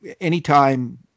anytime